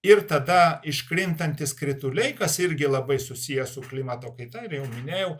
ir tada iškrintantys krituliai kas irgi labai susiję su klimato kaita ir jau minėjau